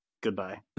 Goodbye